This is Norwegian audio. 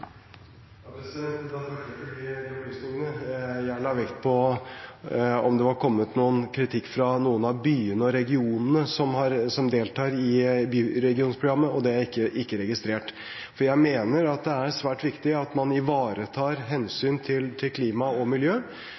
opplysningene. Jeg la vekt på om hvorvidt det var kommet kritikk fra noen av byene og regionene som deltar i Byregionprogrammet, og det har jeg ikke registrert. Jeg mener det er svært viktig at man ivaretar hensynet til klima og miljø,